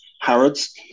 Harrods